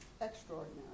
extraordinary